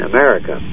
America